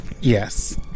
Yes